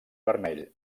vermell